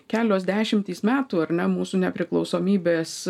kelios dešimtys metų ar ne mūsų nepriklausomybės